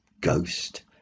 ghost